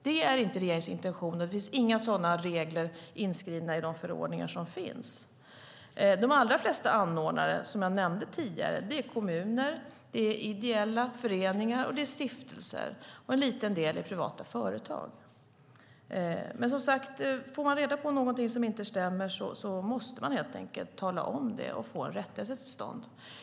Det är inte regeringens intention, och det finns inga sådana regler inskrivna i de förordningar som finns. De allra flesta anordnare, vilket jag nämnde tidigare, är kommuner, ideella föreningar och stiftelser. En liten del är privata företag. Som sagt var: Får man reda på någonting som inte stämmer måste man helt enkelt tala om det och få en rättelse till stånd.